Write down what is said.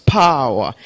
power